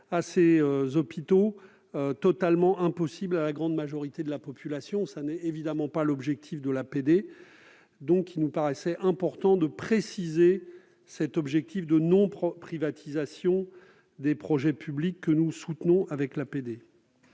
en rend l'accès totalement impossible à la grande majorité de la population, ce qui est évidemment contraire à l'objectif de l'APD. Il nous paraît donc important de préciser cet objectif de non-privatisation des projets publics que nous soutenons l'APD.